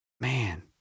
man